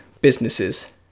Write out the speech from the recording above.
businesses